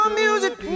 music